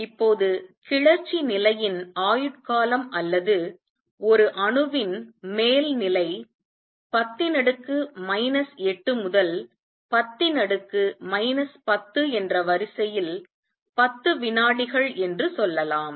இப்போது கிளர்ச்சி நிலையின் ஆயுட்காலம் அல்லது ஒரு அணுவின் மேல் நிலை 10 8 முதல் 10 10 என்ற வரிசையில் 10 விநாடிகள் என்று சொல்லலாம்